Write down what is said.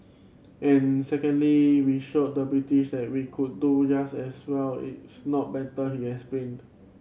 and secondly we showed the British that we could do just as well it's not better he explained